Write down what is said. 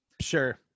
sure